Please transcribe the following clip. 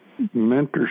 mentorship